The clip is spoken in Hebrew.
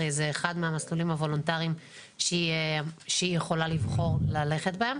הרי זה אחד מהמסלולים הוולונטריים שהיא יכולה לבחור ללכת בהם.